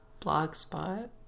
blogspot